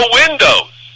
windows